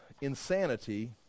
insanity